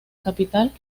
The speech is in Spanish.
capital